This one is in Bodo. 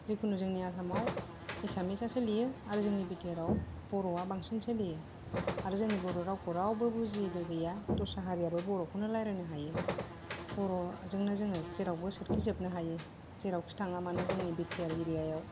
जिखुनु जोंनि आसामाव एसामिसआ सोलियो आरो जोंनि बि टि आर आव बर'आ बांसिन सोलियो आरो जोंनि बर' रावखौ रावबो बुजियैबो गैया दस्रा हारियाबो बर'खौनो रायलायनो हायो बर'जोंनो जोङो जेरावबो सोरखिजोबनो हायो जेरावखि थाङा मानो जोंनि बि टि आर एरियायाव